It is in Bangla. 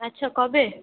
আচ্ছা কবে